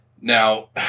Now